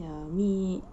ya me